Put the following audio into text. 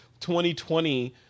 2020